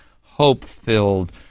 hope-filled